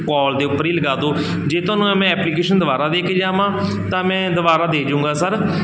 ਕਾਲ ਦੇ ਉੱਪਰ ਹੀ ਲਗਾ ਦਿਓ ਜੇ ਤੁਹਾਨੂੰ ਮੈਂ ਐਪਲੀਕੇਸ਼ਨ ਦੁਬਾਰਾ ਦੇ ਕੇ ਜਾਵਾਂ ਤਾਂ ਮੈਂ ਦੁਬਾਰਾ ਦੇ ਜੂਗਾ ਸਰ